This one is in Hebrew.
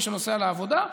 מי שנוסע לעבודה.